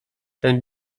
ten